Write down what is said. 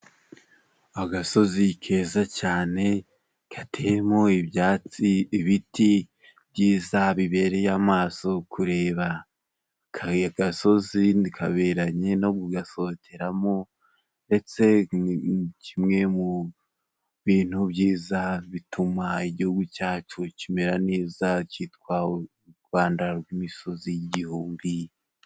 Agasozi keza cyane， gateyemo ibyatsi，ibiti byiza bibereye amaso kureba，kariya gasozi kaberanye no kugasohokeramo，ndetse ni kimwe mu bintu byiza bituma igihugu cyacu kimera neza ，cyitwa u Rwanda rw'imisozi igihumbi.